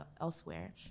elsewhere